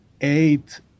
eight